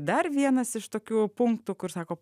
dar vienas iš tokių punktų kur sako